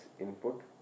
input